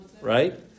right